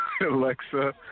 Alexa